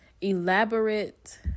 elaborate